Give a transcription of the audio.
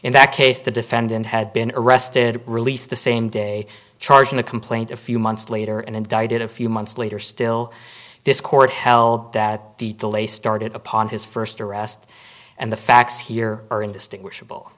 in that case the defendant had been arrested released the same day charging a complaint a few months later and indicted a few months later still this court held that the delay started upon his first arrest and the facts here are indistinguishable